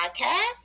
Podcast